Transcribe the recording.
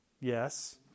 Yes